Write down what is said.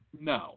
No